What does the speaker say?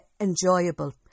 Enjoyable